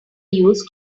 use